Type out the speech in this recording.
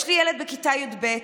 יש לי ילד בכיתה י"ב,